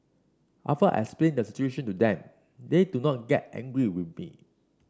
after I explain the situation to them they do not get angry with me